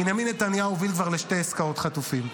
בנימין נתניהו הוביל כבר לשתי עסקאות חטופים,